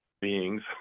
beings